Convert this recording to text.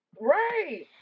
Right